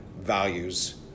values